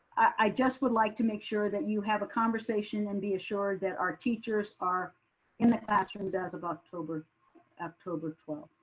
i just would like to make sure that you have a conversation and be assured that our teachers are in the classrooms as of october october twelfth.